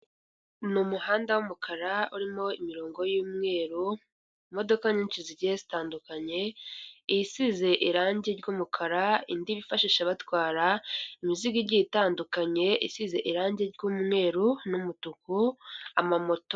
Ni umuhanda w'umukara urimo imirongo y'umweru imodoka nyinshi zigiye zitandukanye, isize irangi ry'umukara, indi bifashisha batwara imizigo igiye itandukanye isize irangi ry'umweru n'umutuku, amamoto.